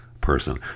person